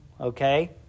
Okay